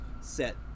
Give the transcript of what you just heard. set